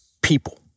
people